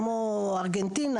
כמו ארגנטינה,